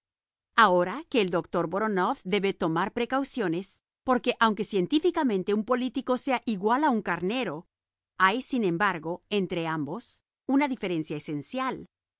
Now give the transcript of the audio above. ahora que el doctor voronof debe tomar precauciones porque aunque científicamente un político sea igual a un carnero hay sin embargo entre ambos una diferencia esencial